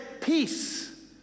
peace